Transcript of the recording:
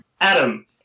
Adam